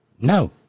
no